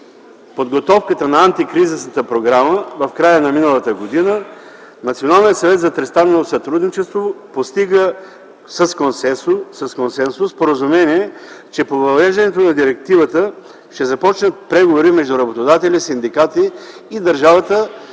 подготовката на антикризисната програма в края на миналата година постига с консенсус споразумение, че по въвеждането на директивата ще започнат преговори между работодатели, синдикати и държавата